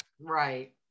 Right